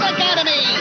Academy